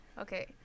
Okay